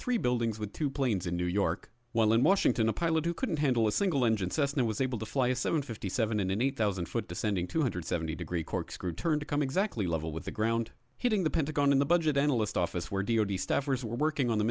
three buildings with two planes in new york while in washington a pilot who couldn't handle a single engine snow was able to fly a seven fifty seven in an eight thousand foot descending two hundred seventy degree corkscrew turn to come exactly level with the ground hitting the pentagon in the budget analyst office where d o d staffers were working on the